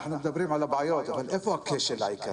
אנחנו מדברים על הבעיות אבל איפה הכשל העיקרי?